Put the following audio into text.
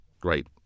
great